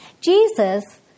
Jesus